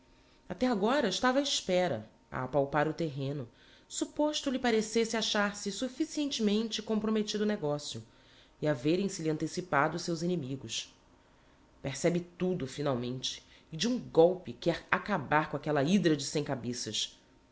até agora estava á espera a apalpar o terreno supposto lhe parecesse achar-se sufficientemente compromettido o negocio e haverem se lhe antecipado seus inimigos percebe tudo finalmente e de um golpe quer acabar com aquella hydra das cem cabeças